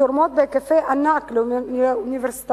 התורמות בהיקפי ענק לאוניברסיטאות,